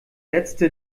letzte